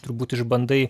turbūt išbandai